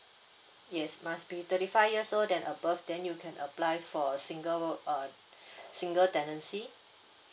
yes must be thirty five years old and above then you can apply for a single uh single tenancy